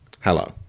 hello